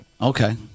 Okay